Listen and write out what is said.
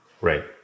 Right